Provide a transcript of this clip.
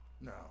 No